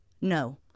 No